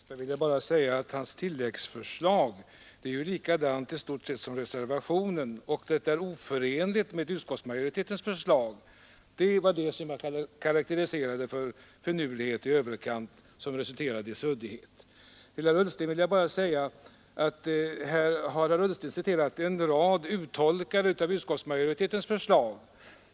Herr talman! Till herr Westberg i Ljusdal vill jag bara säga att hans andrahandsyrkande i stort sett är detsamma som reservationsyrkandet, och det är oförenligt med utskottsmajoritetens förslag. Det var detta som jag karakteriserade som finurlighet i överkant som resulterade i suddighet. Herr Ullsten har citerat en rad uttolkningar av utskottsmajoritetens förslag.